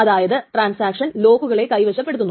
അതായത് ട്രാൻസാക്ഷൻ ലോക്കുകളെ കൈവശപ്പെടുത്തുന്നു